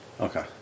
Okay